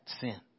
sin